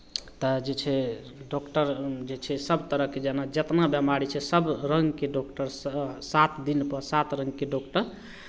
तऽ जे छै डॉक्टर जे छै सभ तरहके जेना जतना बेमारी छै सभ रङ्गके डॉक्टरसभ सात दिनपर सात रङ्गके डॉक्टर